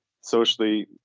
socially